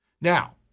Now